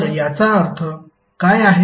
तर याचा अर्थ काय आहे